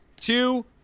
two